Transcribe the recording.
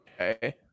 okay